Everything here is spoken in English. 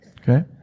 Okay